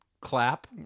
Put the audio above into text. Clap